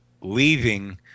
leaving